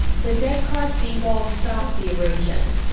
the dead car seawall stopped the erosion,